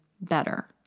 better